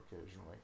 occasionally